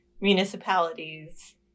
municipalities